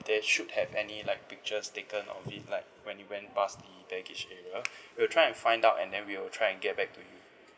they should have any like pictures taken of it like when you went pass the baggage area we'll try and find out and then we'll try and get back to you